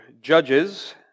Judges